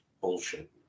bullshit